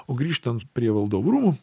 o grįžtant prie valdovų rūmų